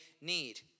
need